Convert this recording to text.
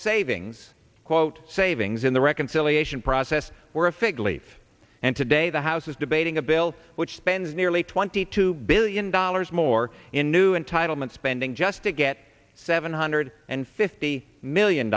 savings quote savings in the reconciliation process were a fig leaf and today the house is debating a bill which spends nearly twenty two billion dollars more in new entitlement spending just to get seven hundred and fifty million